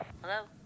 Hello